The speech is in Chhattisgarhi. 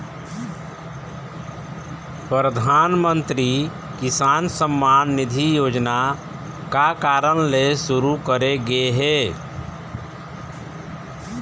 परधानमंतरी किसान सम्मान निधि योजना का कारन ले सुरू करे गे हे?